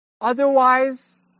Otherwise